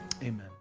Amen